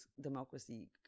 democracy